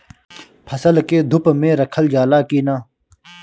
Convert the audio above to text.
फसल के धुप मे रखल जाला कि न?